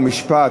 חוק ומשפט,